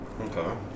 okay